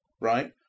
right